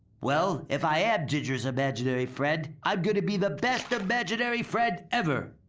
well, if i am ginger's imaginary friend, i'm going to be the best imaginary friend ever.